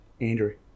Andrew